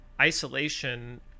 isolation